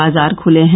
बाजार खुले हैं